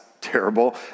Terrible